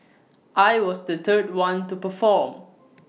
I was the third one to perform